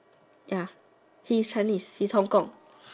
ya he's Chinese he's Hong Kong